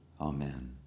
Amen